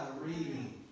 reading